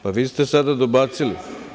Pa vi ste sada dobacili.